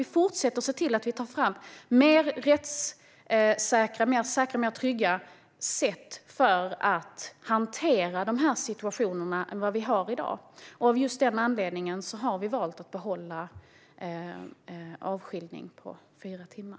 Vi måste ta fram mer rättssäkra och trygga sätt för att hantera dessa situationer än vad som finns i dag. Av den anledningen har vi valt att behålla avskiljning i upp till fyra timmar.